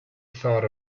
thought